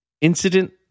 Incident